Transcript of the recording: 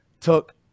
took